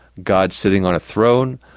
god sitting on a throne,